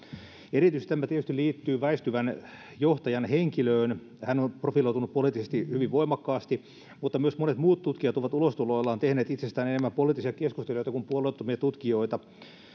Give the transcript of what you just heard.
erityisesti tämä tietysti liittyy väistyvän johtajan henkilöön hän on profiloitunut poliittisesti hyvin voimakkaasti mutta myös monet muut tutkijat ovat ulostuloillaan tehneet itsestään enemmän poliittisia keskustelijoita kuin puolueettomia tutkijoita